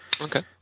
okay